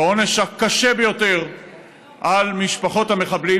כעונש הקשה ביותר על משפחות המחבלים,